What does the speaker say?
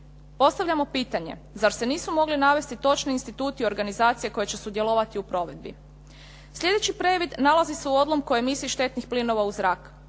Postavljamo pitanje zar se nisu mogle navesti točni instituti organizacija koje će sudjelovati u provedbi? Sljedeći previd nalazi se u odlomku o emisiji štetnih plinova u zrak.